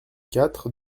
quatre